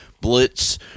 Blitz